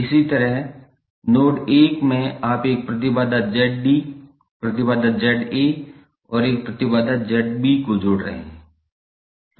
इसी तरह नोड 1 में आप एक प्रतिबाधा 𝑍𝐷 प्रतिबाधा 𝑍A और एक प्रतिबाधा ZB को जोड़ रहे है